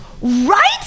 right